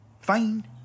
Fine